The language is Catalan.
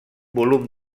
volum